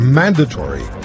mandatory